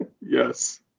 Yes